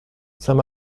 saint